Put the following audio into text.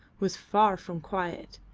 was far from quiet,